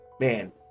man